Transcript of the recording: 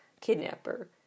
kidnapper